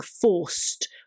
forced